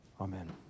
Amen